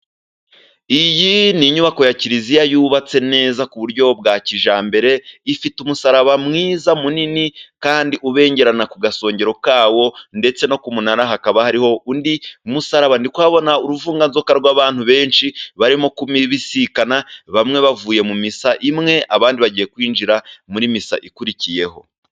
Iyi ni inyubako ya kiliziya yubatse neza ku buryo bwa kijyambere, ifite umusaraba mwiza munini kandi ubengerana ku gasongero kayo, ndetse no ku munara hakaba hariho undi musaraba. Ndi kuhabona uruvunganzoka rw'abantu benshi barimo kubisikana, bamwe bavuye mu misa imwe, abandi bagiye kwinjira muri misa ikurikiyeho.